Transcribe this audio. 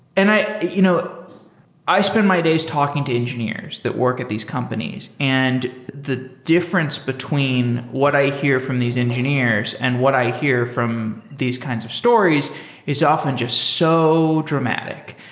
and i you know i spend my days talking to engineers that work at these companies, and the difference between what i hear from these engineers and what i hear from these kinds of stories is often just so dramatic.